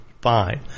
fine